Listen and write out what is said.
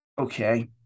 Okay